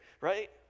right